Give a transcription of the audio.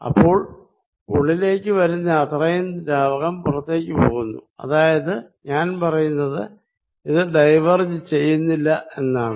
അപ്പോൾ ഉള്ളിലേക്ക് വരുന്ന അത്രയും ദ്രാവകം പുറത്തേക്ക് പോകുന്നു അതായത് ഞാൻ പറയുന്നത് ഇത് ഡൈവേർജ് ചെയ്യുന്നില്ല എന്നാണ്